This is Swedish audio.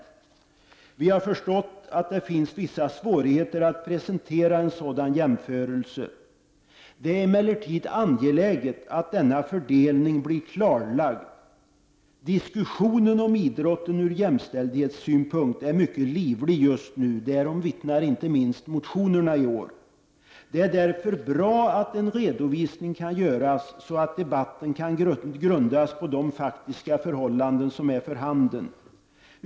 Vi har förstått att det finns vissa svårigheter att presentera en sådan jämförelse. Det är emellertid angeläget att denna fördelning blir klarlagd. Diskussionen om idrotten ur jämställdhetssynpunkt är mycket livlig just nu, därom vittnar inte minst motionerna i år. Det är därför bra att en redovisning kan göras, så att debatten kan grundas på de faktiska förhållanden som är för handen.